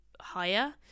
higher